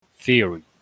Theory